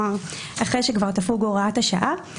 אחרי שכבר תפוג הוראת השעה.